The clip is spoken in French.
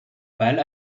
pâles